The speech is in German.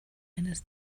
eines